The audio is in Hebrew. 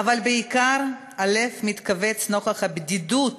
אבל בעיקר הלב מתכווץ נוכח הבדידות